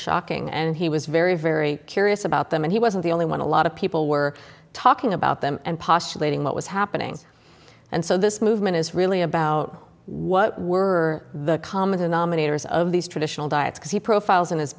shocking and he was very very curious about them and he wasn't the only one a lot of people were talking about them and postulating what was happening and so this movement is really about what were the common denominators of these traditional diets because he profiles in his